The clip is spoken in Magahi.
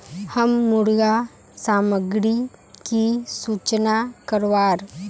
हम मुर्गा सामग्री की सूचना करवार?